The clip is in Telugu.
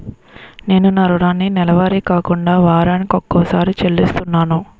నేను నా రుణాన్ని నెలవారీగా కాకుండా వారాని కొక్కసారి చెల్లిస్తున్నాను